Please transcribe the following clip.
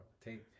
take